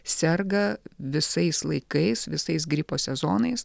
serga visais laikais visais gripo sezonais